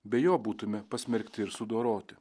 be jo būtume pasmerkti ir sudoroti